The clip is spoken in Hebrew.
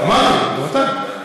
אמרתי, גם אתה.